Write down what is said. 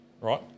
right